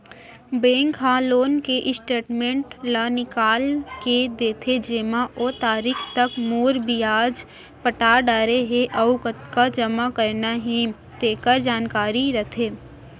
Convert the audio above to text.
bank ह loan के statement ल निकाल के देथे जेमा ओ तारीख तक मूर, बियाज पटा डारे हे अउ कतका जमा करना हे तेकर जानकारी रथे